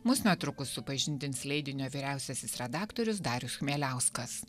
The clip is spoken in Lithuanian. mus netrukus supažindins leidinio vyriausiasis redaktorius darius chmieliauskas